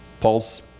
Paul's